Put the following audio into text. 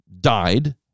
died